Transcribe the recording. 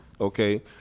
okay